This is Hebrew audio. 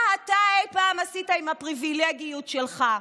מה אתה אי פעם עשית עם הפריבילגיות שלך?